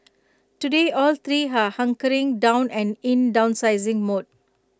today all three are hunkering down and in downsizing mode